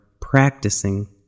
practicing